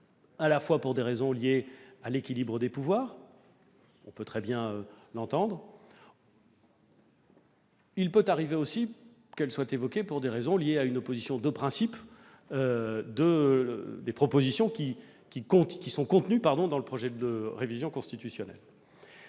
à la fois pour des raisons liées à l'équilibre des pouvoirs- on peut très bien l'entendre -, mais aussi parfois pour des raisons liées à une opposition de principe aux propositions contenues dans ce projet de révision constitutionnelle.